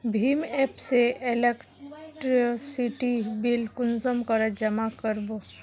भीम app से electricity bill कुंसम करे जमा कर बो?